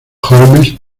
holmes